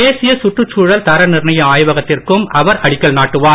தேசிய சுற்றுச்சூழல் தர நிர்ணய ஆய்வகத்திற்கும் அவர் அடிக்கல் நாட்டுவார்